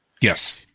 Yes